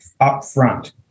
upfront